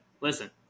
listen